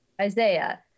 Isaiah